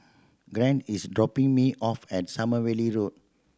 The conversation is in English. Gerard is dropping me off at Sommerville Road